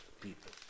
People